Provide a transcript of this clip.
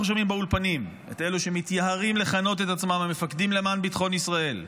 את אלו שמתייהרים לכנות את עצמם מפקדים למען ביטחון ישראל,